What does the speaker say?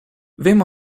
wiem